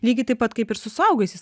lygiai taip pat kaip ir su suaugusiais